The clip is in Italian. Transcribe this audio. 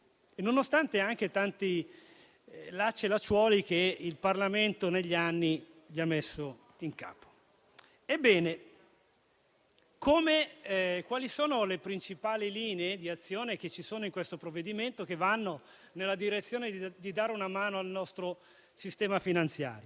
nonostante anche tanti lacci e lacciuoli che il Parlamento negli anni ha messo in campo. Ebbene quali sono le principali linee di azione che ci sono in questo provvedimento e che vanno nella direzione di dare una mano al nostro sistema finanziario?